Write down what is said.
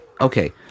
okay